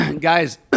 Guys